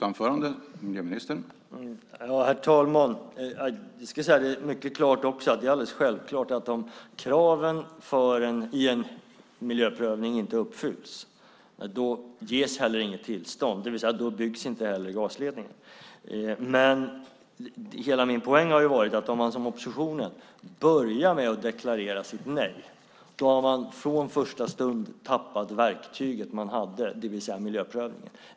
Herr talman! Det är alldeles självklart att om kraven i en miljöprövning inte uppfylls ska något tillstånd inte heller ges. Det vill säga: Då byggs inte heller gasledningen. Men hela min poäng har varit att om man som oppositionen börjar med att deklarera sitt nej har man från första stund också tappat det verktyg man hade, det vill säga miljöprövningen.